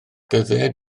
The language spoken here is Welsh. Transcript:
dyddiau